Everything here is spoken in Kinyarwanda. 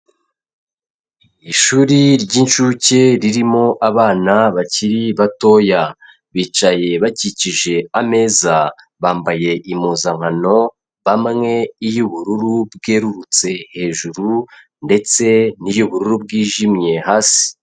Ishuri ry'inshuke ririmo abana bakiri batoya, bicaye bakikije ameza, bambaye impuzankano bamwe iy'ubururu bwerurutse hejuru ndetse n'iy'ubururu bwijimye hasi.